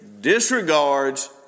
disregards